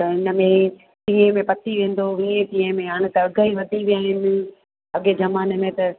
त हिन में वीह में पती वेंदो वीह टीह में हाणे त अघ ई वधी विया आहिनि अॻिए ज़माने में त